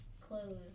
clothes